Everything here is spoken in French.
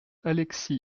alexis